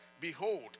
behold